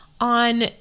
on